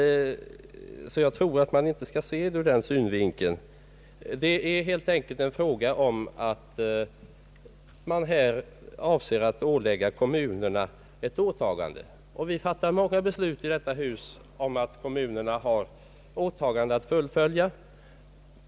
Jag tror inte man skall se det ur den synvinkeln. Det är helt enkelt en fråga om att man här avser att ålägga kommunerna ett åtagande. Vi fattar många beslut i detta hus om att kommunerna har åtaganden att fullfölja.